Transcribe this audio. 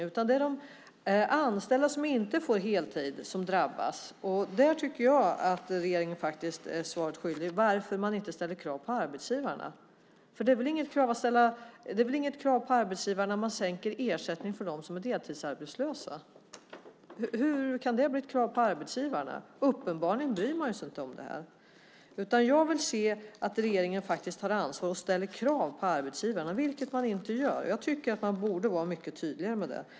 Det är de anställda som inte får heltid som drabbas. Där tycker jag att regeringen är svaret skyldig. Varför ställer man inte krav på arbetsgivarna? Det är väl inget krav på arbetsgivarna om man sänker ersättningen för dem som är deltidsarbetslösa. Hur kan det bli ett krav på arbetsgivarna? Uppenbarligen bryr man sig inte om det här. Jag vill se att regeringen tar ansvar och ställer krav på arbetsgivarna, vilket man inte gör. Jag tycker att man borde vara mycket tydligare.